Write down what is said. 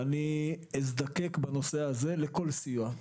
ואני אזדקק בנושא הזה לכל סיוע,